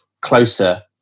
closer